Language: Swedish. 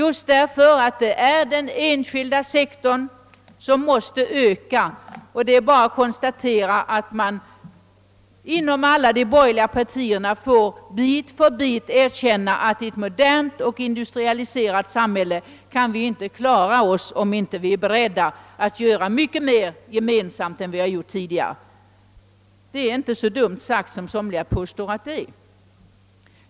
Vi har dock kunnat konstatera att de borgerliga partierna bit för bit får erkänna, att vi i ett modernt och industrialiserat samhälle inte kan klara oss, om vi inte är beredda att göra mer gemensamt än tidigare. Detta är inte fullt så dumt, som somliga påstår att det är.